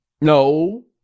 No